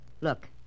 Look